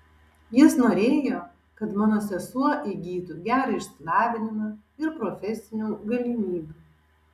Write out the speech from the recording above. jis norėjo kad mano sesuo įgytų gerą išsilavinimą ir profesinių galimybių